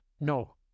no